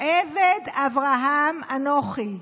"עבד אברהם אנכי".